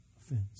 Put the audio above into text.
offense